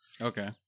Okay